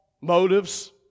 motives